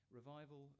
revival